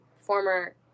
former